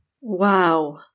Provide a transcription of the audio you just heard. Wow